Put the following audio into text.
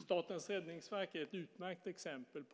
Statens räddningsverk är ett utmärkt exempel